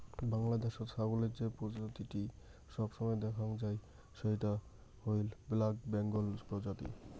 বাংলাদ্যাশত ছাগলের যে প্রজাতিটি সবসময় দ্যাখাং যাই সেইটো হইল ব্ল্যাক বেঙ্গল প্রজাতি